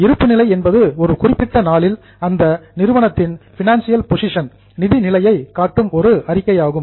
இருப்பு நிலை என்பது ஒரு குறிப்பிட்ட நாளில் அந்த என்டிட்டி நிறுவனத்தின் பினான்சியல் போசிஷன் நிதி நிலையை காட்டும் ஒரு அறிக்கையாகும்